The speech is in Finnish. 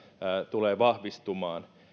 tulee vahvistumaan